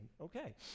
Okay